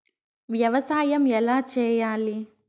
వ్యవసాయం ఎలా చేయాలి?